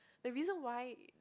the reason why